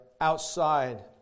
outside